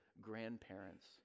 grandparents